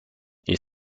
est